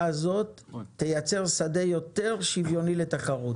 הזאת תייצר שדה יותר שוויוני לתחרות.